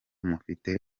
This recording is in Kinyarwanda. mufite